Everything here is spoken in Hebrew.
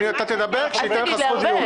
אתה תדבר כשתינתן לך זכות דיבור.